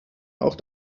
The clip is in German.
auch